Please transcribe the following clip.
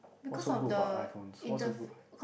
what's so good about iPhones what's so good